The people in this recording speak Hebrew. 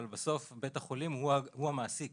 אבל בסוף בית החולים הוא המעסיק